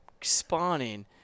spawning